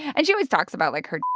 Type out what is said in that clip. and she always talks about, like, her